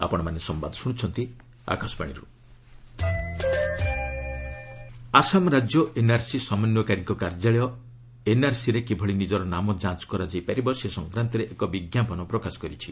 Assam NRC Assam ରାଜ୍ୟ NRC ସମନ୍ୱୟକାରୀଙ୍କ କାର୍ଯ୍ୟାଳୟ ଏନ୍ଆର୍ସିରେ କିଭଳି ନିଜର ନାମ ଯାଞ୍ଚ କରାଯାଇପାରିବ ସେ ସଂକ୍ରାନ୍ତରେ ଏକ ବିଜ୍ଞାପନ ପ୍ରକାଶ କରିଛି